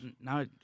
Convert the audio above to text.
No